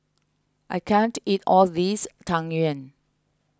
I can't eat all of this Tang Yuen